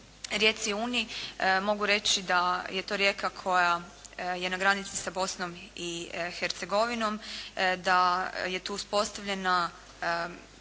rijeci Uni mogu reći da je to rijeka koja je na granici sa Bosnom i Hercegovinom. Da je tu uspostavljena